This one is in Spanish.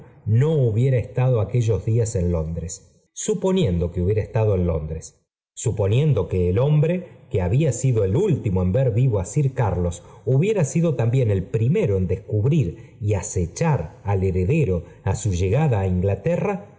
no hubiera estado aquellos días en londres suponiendo que hubiera estado en londres suponiendo que el hombre que había sido el último en ver vivo á sir carlos hubiera sido también el primero en descubrir y acechar al heredero á su llegada á inglaterra